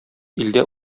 илдә